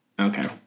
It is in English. Okay